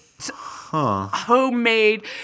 homemade